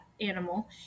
animal